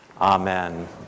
amen